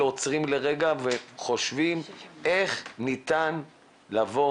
לא עוצרים לרגע וחושבים איך ניתן לבוא